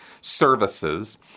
services